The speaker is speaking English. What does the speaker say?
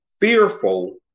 fearful